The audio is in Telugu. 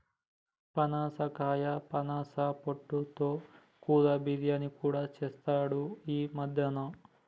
పనసకాయ పనస పొట్టు తో కూర, బిర్యానీ కూడా చెస్తాండ్లు ఈ మద్యన